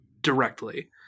directly